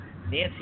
Nancy